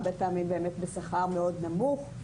הרבה פעמים בשכר מאוד נמוך.